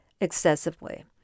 excessively